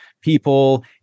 people